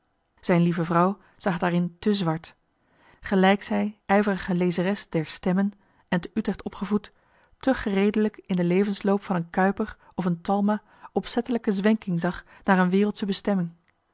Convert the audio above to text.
zijn lieve aleida zag daarin te zwart gelijk zij ijverige lezeres der stemmen en te utrecht opgevoed te gereedelijk in den levensloop van een kuyper of een talma opzettelijke zwenking zag naar een wereldsche bestemming